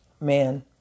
man